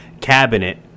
cabinet